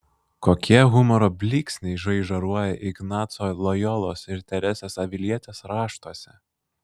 kokie humoro blyksniai žaižaruoja ignaco lojolos ir teresės avilietės raštuose